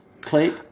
plate